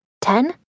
Ten